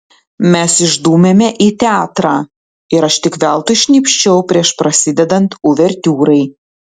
mes išdūmėme į teatrą ir aš tik veltui šnypščiau prieš prasidedant uvertiūrai